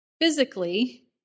physically